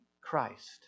Christ